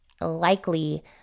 Likely